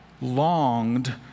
longed